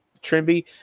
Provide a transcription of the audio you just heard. Trimby